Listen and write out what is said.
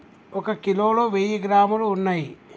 ఒక కిలోలో వెయ్యి గ్రాములు ఉన్నయ్